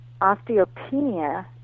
osteopenia